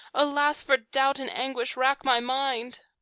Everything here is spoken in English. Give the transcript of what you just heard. alas! for doubt and anguish rack my mind.